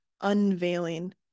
unveiling